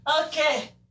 Okay